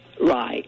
Right